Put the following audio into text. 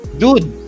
dude